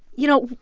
you know,